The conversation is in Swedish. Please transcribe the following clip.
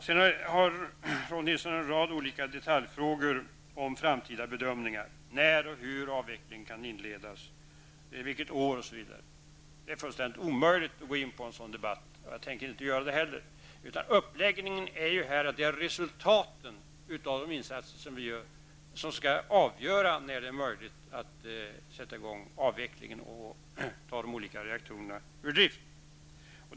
Rolf Nilson ställde en rad olika detaljfrågor om framtida bedömningar, när och hur avvecklingen kan inledas, vilket år osv. Det är fullständigt omöjligt att gå in på en sådan debatt. Jag tänker inte göra det heller. Uppläggningen är att det är resultaten av de insatser vi gör som skall avgöra när det är möjligt att sätta i gång avvecklingen och ta de olika reaktorerna ur drift.